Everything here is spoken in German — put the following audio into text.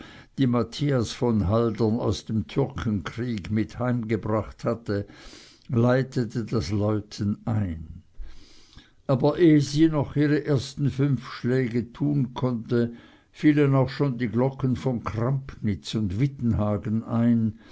die matthias von haldern aus dem türkenkriege mit heimgebracht hatte leitete das läuten ein aber ehe sie noch ihre ersten fünf schläge tun konnte fielen auch schon die glocken von crampnitz und wittenhagen ein